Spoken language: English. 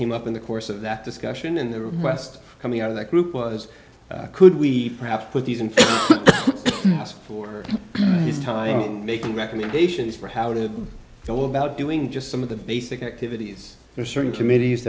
came up in the course of that discussion in the west coming out of that group was could we perhaps put these and ask for his time making recommendations for how to go about doing just some of the basic activities there are certain committees